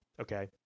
Okay